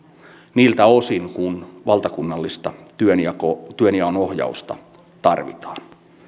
niiltä osin kuin valtakunnallista työnjaon ohjausta tarvitaan